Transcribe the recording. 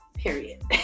Period